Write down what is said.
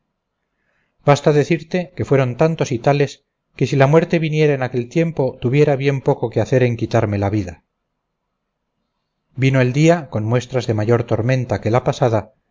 basta decirte que fueron tantos y tales que si la muerte viniera en aquel tiempo tuviera bien poco que hacer en quitarme la vida vino el día con muestras de mayor tormenta que la pasada